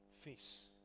face